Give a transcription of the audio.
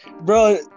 bro